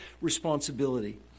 responsibility